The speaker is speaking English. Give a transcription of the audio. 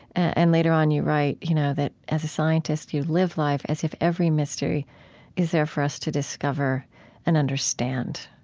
and later on, you write, you know, that as a scientist you live life as if every mystery is there for us to discover and understand.